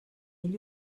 ell